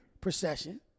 procession